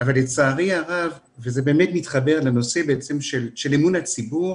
אבל לצערי הרב, וזה באמת מתחבר לנושא אמון הציבור,